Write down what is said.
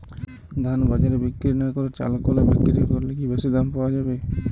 ধান বাজারে বিক্রি না করে চাল কলে বিক্রি করলে কি বেশী দাম পাওয়া যাবে?